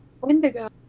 Wendigo